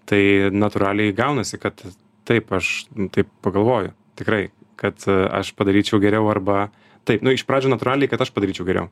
tai natūraliai gaunasi kad taip aš taip pagalvoju tikrai kad aš padaryčiau geriau arba taip nu iš pradžių natūraliai kad aš padaryčiau geriau